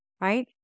right